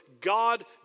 God